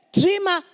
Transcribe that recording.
dreamer